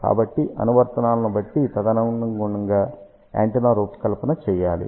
కాబట్టి అనువర్తనాలను బట్టి తదనుగుణంగా యాంటెన్నా రూపకల్పన చేయాలి